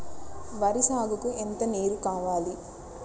వరి సాగుకు ఎంత నీరు కావాలి?